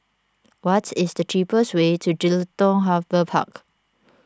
what is the cheapest way to Jelutung Harbour Park